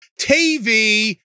TV